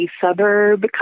suburb